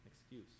Excuse